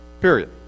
Period